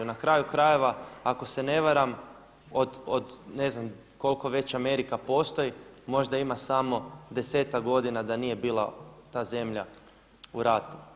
Na kraju krajeva ako se ne varam od ne znam koliko već Amerika postoji možda ima samo desetak godina da nije bila ta zemlja u ratu.